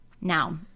Now